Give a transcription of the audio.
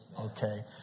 Okay